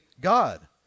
God